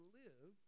live